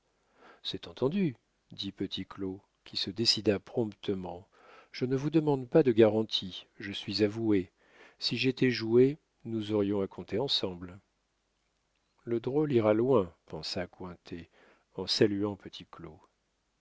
c'est entendu dit petit claud qui se décida promptement je ne vous demande pas de garanties je suis avoué si j'étais joué nous aurions à compter ensemble le drôle ira loin pensa cointet en saluant